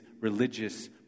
religious